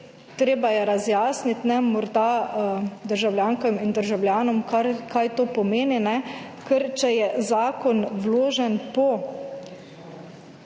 Treba je razjasniti morda državljankam in državljanom kaj to pomeni, ker če je zakon vložen po